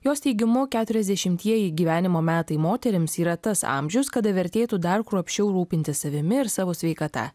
jos teigimu keturiasdešimieji gyvenimo metai moterims yra tas amžius kada vertėtų dar kruopščiau rūpintis savimi ir savo sveikata